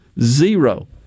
Zero